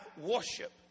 worship